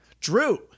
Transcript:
Drew